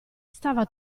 stava